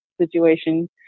situation